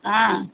ஆ